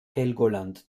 helgoland